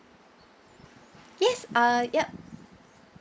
yes uh yup